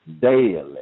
daily